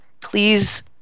Please